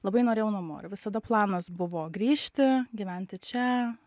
labai norėjau namo ir visada planas buvo grįžti gyventi čia